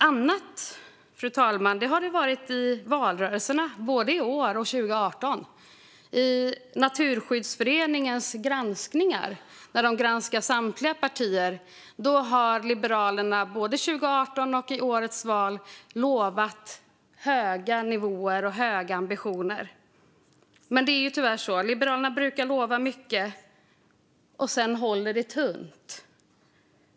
Annat, fru talman, har det varit i valrörelserna både i år och 2018. I Naturskyddsföreningens granskningar, där samtliga partier granskas, visar det sig att Liberalerna både 2018 och i årets val har lovat höga nivåer och höga ambitioner. Men Liberalerna brukar tyvärr lova mycket och sedan hålla tunt.